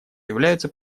являются